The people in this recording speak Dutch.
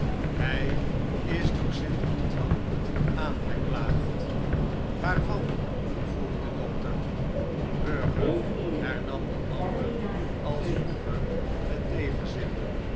hij is door st antoine aangeklaagd waarvan vroeg de dokter burger hernam de ander als vroeger met tegenzin